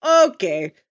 okay